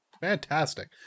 Fantastic